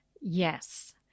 Yes